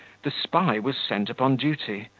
the spy was sent upon duty,